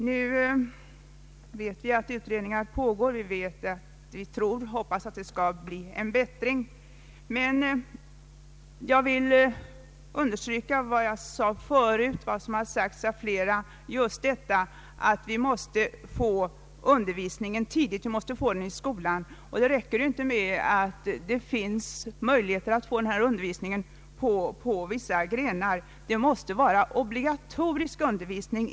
Nu vet vi att utredningar pågår. Vi hoppas att de skall leda till en bättring, men jag vill understryka vad jag har sagt förut och vad andra har sagt, att undervisningen måste komma tidigt, redan i skolan. Det räcker inte med att undervisningen ges på vissa linjer. Undervisningen måste vara obligatorisk.